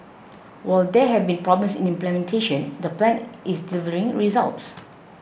while there have been problems in implementation the plan is delivering results